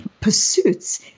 pursuits